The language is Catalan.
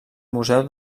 museu